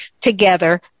together